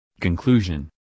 Conclusion